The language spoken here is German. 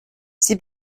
sie